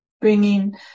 bringing